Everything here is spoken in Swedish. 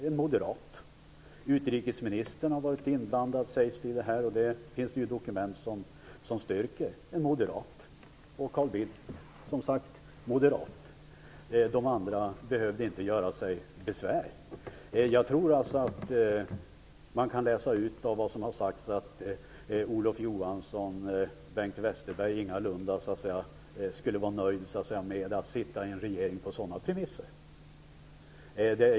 Det sägs också att utrikesministern har varit inblandad i det här, och det finns dokument som styrker det. Också hon var, liksom Carl Bildt, moderat. De andra behövde inte göra sig besvär. Jag tror att man av vad som har sagts kan läsa ut att Olof Johansson och Bengt Westerberg ingalunda varit nöjda med att sitta i en regering på sådana premisser.